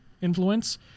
influence